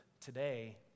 today